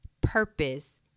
Purpose